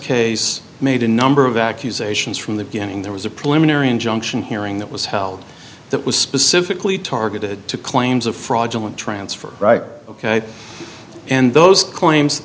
case made a number of accusations from the beginning there was a preliminary injunction hearing that was held that was specifically targeted to claims of fraudulent transfer right ok and those claims